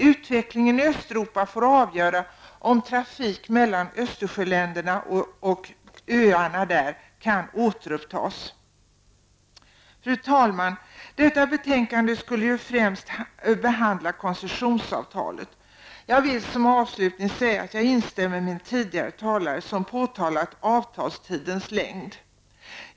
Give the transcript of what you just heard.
Utvecklingen i Östersjöländerna och deras öar kan återupptas. Fru talman! Detta betänkande behandlar ju främst koncessionsavtalet. Jag vill avslutningsvis säga att jag instämmer med tidigare talare som påtalat avtalstidens längd.